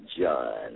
John